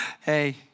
hey